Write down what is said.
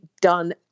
done